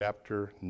chapter